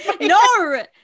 No